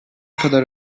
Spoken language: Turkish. kadar